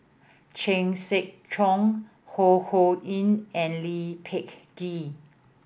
Chan Sek Keong Ho Ho Ying and Lee Peh Gee